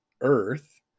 Earth